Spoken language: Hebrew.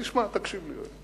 תשמע, תקשיב לי.